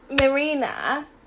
Marina